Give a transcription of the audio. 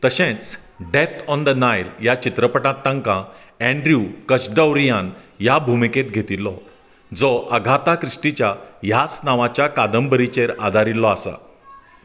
तशेंच death on the Nile ह्या चित्रपटांत ताका अँड्र्यू कचडौरियान ह्या भुमिकेंत घेतिल्लो जो अगाथा क्रिस्टीच्या ह्याच नांवाच्या कादंबरीचेर आदारिल्लो आसा